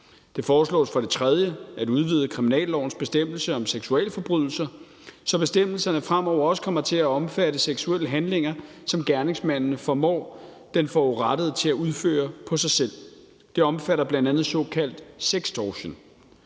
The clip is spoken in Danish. Det foreslås for det tredje at udvide kriminallovens bestemmelse om seksualforbrydelser, så bestemmelserne fremover også kommer til at omfatte seksuelle handlinger, som gerningsmanden formår at få den forurettede til at udføre på sig selv. Det omfatter bl.a. såkaldt sextortion.